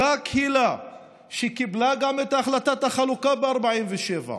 אותה קהילה שקיבלה גם את החלטת החלוקה ב-47',